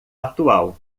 atual